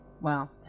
Wow